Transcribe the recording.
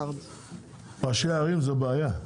ראשי ערים זו בעיה,